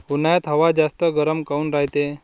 उन्हाळ्यात हवा जास्त गरम काऊन रायते?